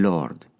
Lord